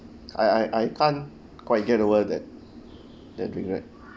I I I can't quite get over that the drink right